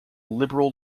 liberal